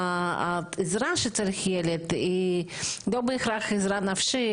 והעזרה שהילד צריך היא לא בהכרח עזרה נפשית,